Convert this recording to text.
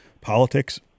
politics